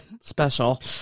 special